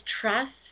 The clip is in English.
trust